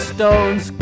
Stones